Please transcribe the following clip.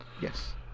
yes